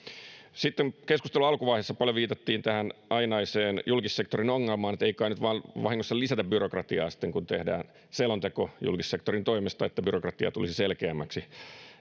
sitten keskustelun alkuvaiheessa paljon viitattiin tähän ainaiseen julkissektorin ongelmaan että ei kai nyt vain vahingossa lisätä byrokratiaa kun tehdään selonteko julkissektorin toimesta että byrokratia tulisi selkeämmäksi